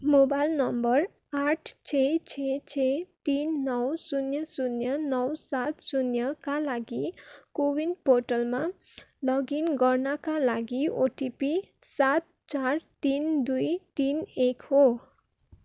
mobile number आठ छ छ छ छ तिन नौ शून्य शून्य नौ सात शून्यका लागि कोविन पोर्टलमा लगइन गर्नाका लागि ओटिपी सात चार तीन दुई तीन एक हो